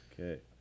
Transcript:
okay